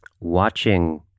Watching